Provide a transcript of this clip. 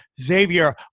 xavier